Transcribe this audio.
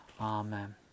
amen